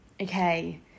Okay